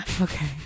Okay